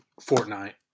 Fortnite